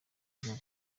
ingabo